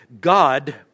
God